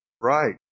Right